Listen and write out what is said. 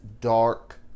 dark